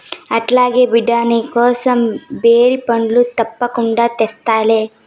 అట్లాగే బిడ్డా, నీకోసం బేరి పండ్లు తప్పకుండా తెస్తాలే